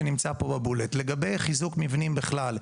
לגבי חיזוק מבנים בכלל,